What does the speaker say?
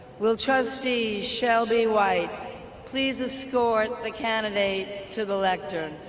will trustee shelby white please escort the candidate to the lectern?